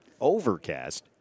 overcast